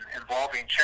involving